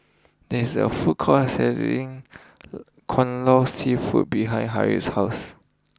there is a food court selling Kai Lan Seafood behind Harlie's house